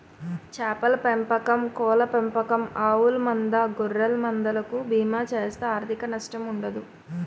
చేపల పెంపకం కోళ్ళ పెంపకం ఆవుల మంద గొర్రెల మంద లకు బీమా చేస్తే ఆర్ధిక నష్టం ఉండదు